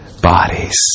bodies